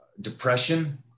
depression